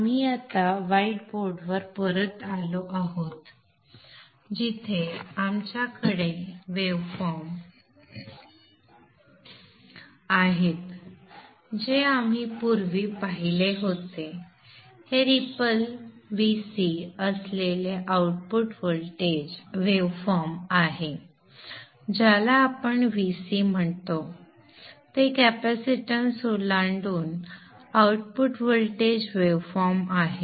आपण आता व्हाईट बोर्डवर परत आलो आहोत जिथे आमच्याकडे वेव्ह फॉर्म आहेत जे आपण पूर्वी पाहिले होते हे रिपल Vc असलेले आउटपुट व्होल्टेज वेव्ह फॉर्म आहे ज्याला आपण Vc म्हणतो ते कॅपेसिटन्स ओलांडून आउटपुट व्होल्टेज वेव्ह फॉर्म आहे